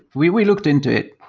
we we looked into it.